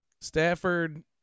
Stafford